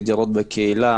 220 דירות בקהילה.